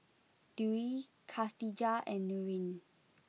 Dewi Khatijah and Nurin